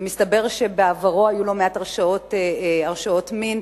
שמתברר שהיו בעברו לא מעט הרשעות בעבירות מין.